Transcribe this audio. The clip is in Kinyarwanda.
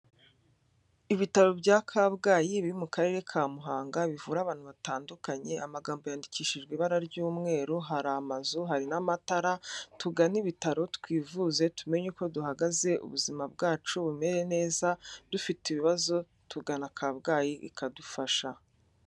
Ibitaro bya Kabgayi biri mu karere ka Muhanga bivura abantu batandukanye, amagambo yandikishijwe ibara ry'umweru, hari amazu, hari n'amatara, tugane ibitaro twivuze tumenye uko duhagaze, ubuzima bwacu bumere neza, dufite ibibazo tugana Kabgayi ikadufasha.